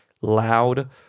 loud